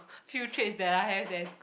few traits that I have that's g~